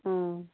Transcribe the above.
অঁ